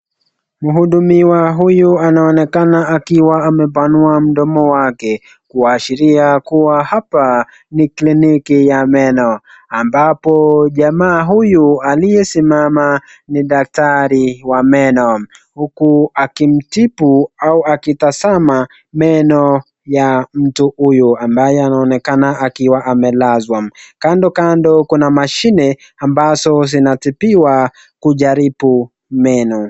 Mhudumiwa huyu anaonekana akiwa amepanua mdomo wake kuashiria kuwa hapa ni kliniki ya meno, ambapo jamaa huyu aliyesimama ni daktari wa meno huku akimtibu au akitazama meno ya mtu huyu ambaye anaonekana akiwa amelazwa. Kando kando kuna machini ambazo zinatibiwa kujaribu meno.